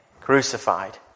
crucified